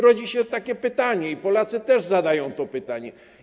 Rodzi się takie pytanie, Polacy też zadają to pytanie.